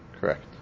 Correct